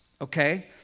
okay